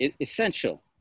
essential